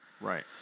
Right